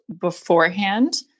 beforehand